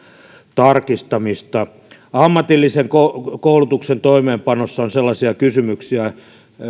tarkistamista ammatillisen koulutuksen toimeenpanossa on sellaisia kysymyksiä